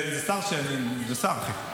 זה שר, אחי.